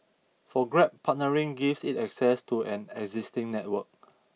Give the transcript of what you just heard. for Grab partnering gives it access to an existing network